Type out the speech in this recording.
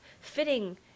fitting